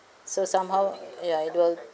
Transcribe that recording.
so somehow ya it will